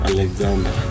Alexander